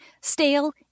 stale